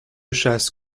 chasse